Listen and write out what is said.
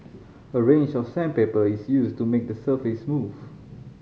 a range of sandpaper is used to make the surface smooth